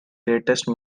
greatest